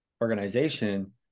organization